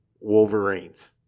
Wolverines